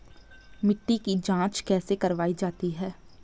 मिट्टी की जाँच कैसे करवायी जाती है?